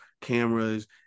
cameras